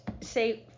say